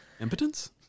impotence